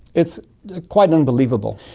it's quite unbelievable.